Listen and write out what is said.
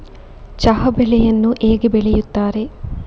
ಚಹಾ ಬೆಳೆಯನ್ನು ಹೇಗೆ ಬೆಳೆಯುತ್ತಾರೆ?